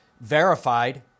verified